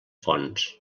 fonts